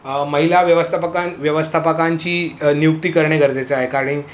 महिला व्यवस्थापकांची नियुक्ती करणे गरजेचे आहे